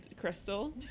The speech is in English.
crystal